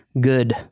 Good